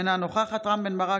אינה נוכחת רם בן ברק,